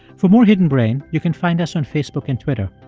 for more hidden brain, you can find us on facebook and twitter.